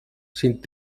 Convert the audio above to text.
sind